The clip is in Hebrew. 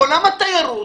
עולם התיירות